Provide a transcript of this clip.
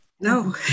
No